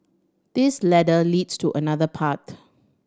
this ladder leads to another path